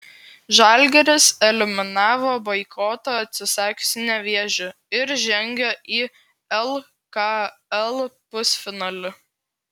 žalgiris eliminavo boikoto atsisakiusį nevėžį ir žengė į lkl pusfinalį